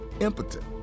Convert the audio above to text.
impotent